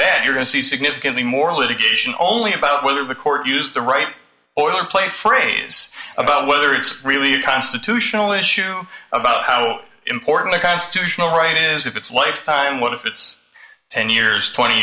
that you're going to see significantly more litigation only about whether the court used the right or the play phrase about whether it's really a constitutional issue about how important a constitutional right is if it's lifetime what if it's ten years twenty